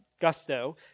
gusto